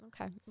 Okay